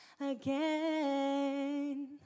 again